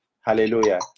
Hallelujah